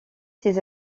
ses